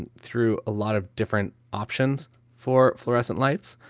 and through a lot of different options for fluorescent lights,